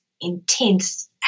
intense